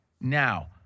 now